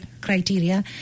criteria